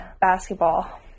basketball